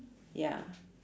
ya